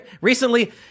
recently